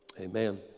Amen